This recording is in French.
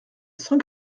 cent